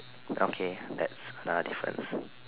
okay that's another difference